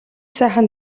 сайхан